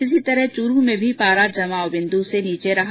इसी तरह चूरू में भी पारा जमाव बिन्दु पर रहा